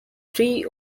three